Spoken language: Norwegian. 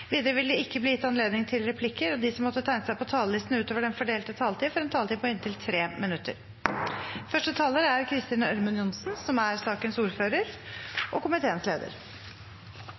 Videre vil det – innenfor den fordelte taletid – bli gitt anledning til inntil seks replikker med svar etter innlegg fra medlemmer av regjeringen, og de som måtte tegne seg på talerlisten utover den fordelte taletid, får en taletid på inntil 3 minutter.